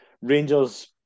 Rangers